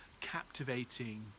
captivating